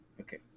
Okay